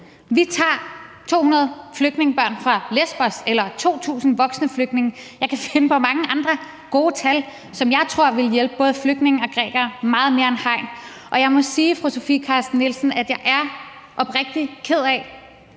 vi tager 200 flygtningebørn fra Lesbos eller 2.000 voksne flygtninge. Jeg kan finde på mange andre gode tal, som jeg tror ville hjælpe både flygtninge og grækere meget mere end hegn, og jeg må sige, fru Sofie Carsten Nielsen,